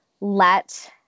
let